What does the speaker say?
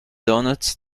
doughnuts